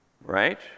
right